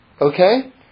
Okay